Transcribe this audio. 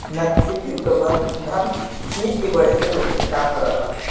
नाशीजीव प्रबंधन कीट के बढ़े से रोके के काम करला